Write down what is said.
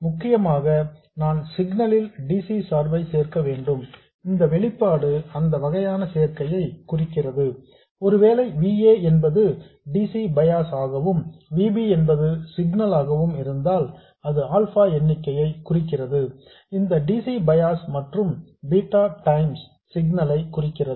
முக்கியமாக நான் சிக்னல் ல் dc சார்பை சேர்க்க வேண்டும் இந்த வெளிப்பாடு அந்த வகையான சேர்க்கையை குறிக்கிறது ஒருவேளை V a என்பது dc பயாஸ் ஆகவும் V b என்பது சிக்னல் ஆகவும் இருந்தால் அது ஆல்பா எண்ணிக்கையை குறிக்கிறது இந்த dc பயாஸ் மற்றும் பீட்டா டைம்ஸ் சிக்னல் ஐ குறிக்கிறது